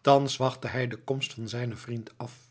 thans wachtte hij de komst van zijnen vriend af